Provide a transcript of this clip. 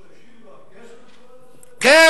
משתמשים בגזל, הוא קורא לזה?